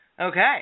Okay